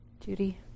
Judy